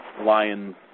Lions